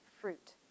fruit